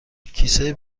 کیسه